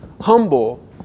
humble